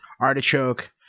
Artichoke